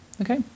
Okay